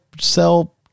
sell